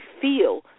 feel